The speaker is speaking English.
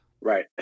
Right